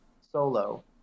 Solo